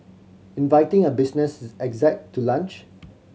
inviting a business exec to lunch